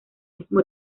mismo